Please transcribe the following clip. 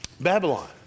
Babylon